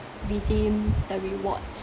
redeem the rewards